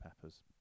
Peppers